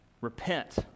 Repent